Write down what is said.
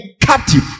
captive